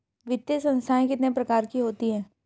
वित्तीय संस्थाएं कितने प्रकार की होती हैं?